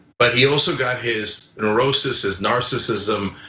but he also got his neurosis, his narcissism,